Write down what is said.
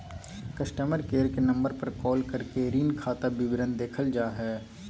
customer care के number पर call करके ऋण खाता विवरण देखल जा हय